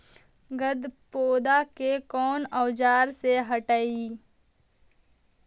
गत्पोदा के कौन औजार से हटायी?